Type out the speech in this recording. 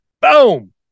Boom